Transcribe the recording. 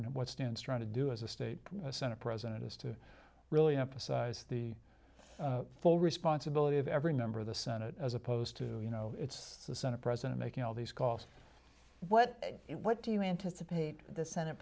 of what stance trying to do as a state senate president is to really emphasize the full responsibility of every member of the senate as opposed to you know it's the senate president making all these calls what what do you anticipate the senate